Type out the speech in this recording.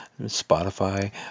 Spotify